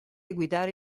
guidare